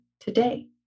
Today